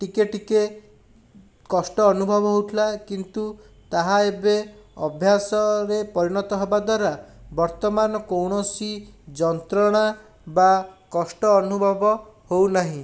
ଟିକେ ଟିକେ କଷ୍ଟ ଅନୁଭବ ହେଉଥିଲା କିନ୍ତୁ ତାହା ଏବେ ଅଭ୍ୟାସରେ ପରିଣତ ହେବା ଦ୍ୱାରା ବର୍ତ୍ତମାନ କୌଣସି ଯନ୍ତ୍ରଣା ବା କଷ୍ଟ ଅନୁଭବ ହେଉନାହିଁ